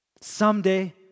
someday